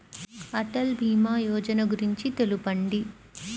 అటల్ భీమా యోజన గురించి తెలుపండి?